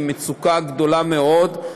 היא מצוקה גדולה מאוד,